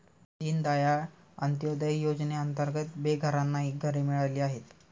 दीनदयाळ अंत्योदय योजनेअंतर्गत बेघरांनाही घरे मिळाली आहेत